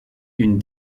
d’une